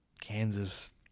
Kansas